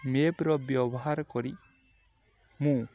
ମ୍ୟାପ୍ର ବ୍ୟବହାର କରି ମୁଁ